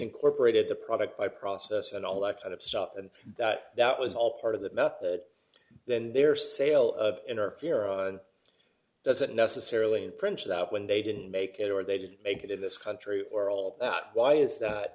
incorporated the product by process and all that kind of stuff and that that was all part of that method then their sale of interferer doesn't necessarily mean printed out when they didn't make it or they didn't make it in this country or all that why is that